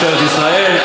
משטרת ישראל,